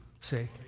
say